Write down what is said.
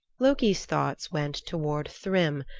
loki's thoughts went toward thrym,